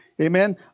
Amen